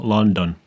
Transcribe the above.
London